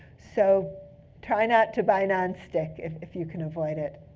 so try not to buy nonstick if if you can avoid it.